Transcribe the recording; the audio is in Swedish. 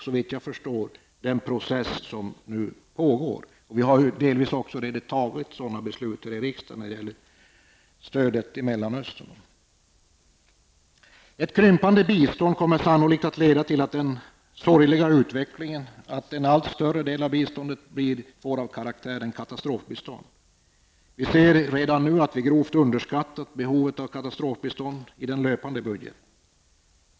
Såvitt jag förstår pågår en sådan process. Delvis har vi i riksdagen redan fattat beslut i den riktningen, t.ex. när det gäller stödet till Mellanöstern. Ett krympande bistånd kommer sannolikt att leda till den sorgliga utvecklingen att en allt större del av biståndet får karaktär av katastrofbistånd. Vi ser redan nu att vi i den löpande budgeten grovt underskattat behovet av katastrofbistånd.